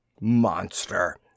Monster